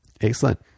Excellent